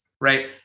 right